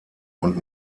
und